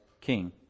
king